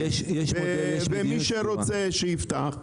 ומי שרוצה שיפתח,